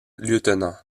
lieutenant